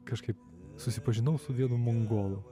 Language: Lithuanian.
kažkaip susipažinau su vienu mongolu